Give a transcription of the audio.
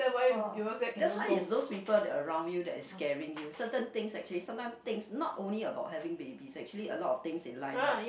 oh that's why is those people around you that is scaring you certain things actually sometime things not only about having baby actually a lot of things in life right